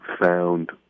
found